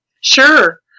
Sure